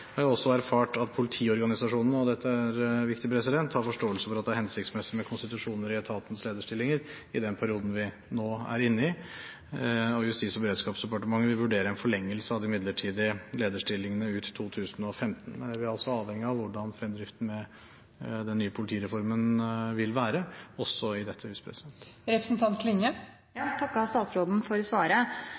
også erfart at politiorganisasjonene – og dette er viktig – har forståelse for at det er hensiktsmessig med konstitusjoner i etatens lederstillinger i den perioden vi nå er inne i. Justis- og beredskapsdepartementet vil vurdere en forlengelse av de midlertidige lederstillingene ut 2015. Vi er altså avhengige av hvordan fremdriften i den nye politireformen vil være, også i